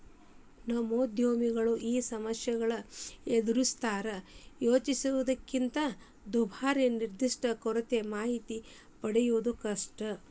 ನವೋದ್ಯಮಿಗಳು ಈ ಸಮಸ್ಯೆಗಳನ್ನ ಎದರಿಸ್ತಾರಾ ಯೋಜಿಸಿದ್ದಕ್ಕಿಂತ ದುಬಾರಿ ನಿರ್ದಿಷ್ಟತೆಯ ಕೊರತೆ ಮಾಹಿತಿ ಪಡೆಯದು ಕಷ್ಟ